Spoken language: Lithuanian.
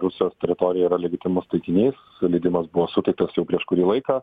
rusijos teritorija yra legitimus taikinys leidimas buvo suteiktas jau prieš kurį laiką